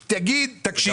זאת תכנית כלכלית.